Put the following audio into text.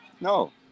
no